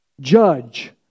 Judge